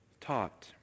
taught